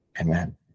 Amen